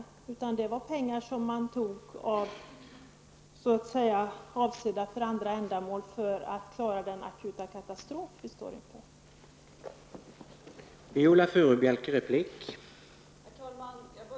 Det var väl pengar som togs från pengar avsedda för andra ändamål för att klara den akuta katastrof som vi stod inför?